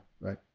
right